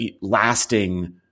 lasting